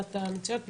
ראשונת המציעות.